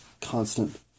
constant